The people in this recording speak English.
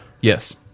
Yes